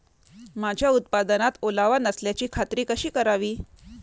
माझ्या उत्पादनात ओलावा नसल्याची खात्री कशी करावी?